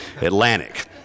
Atlantic